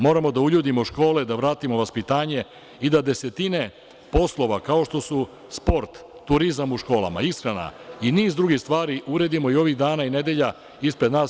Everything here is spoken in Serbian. Moramo da uljudimo škole, da vratimo vaspitanje i da desetine poslova, kao što su sport, turizam u školama, ishrana i niz drugih stvari uredimo ovih dana i nedelja ispred nas.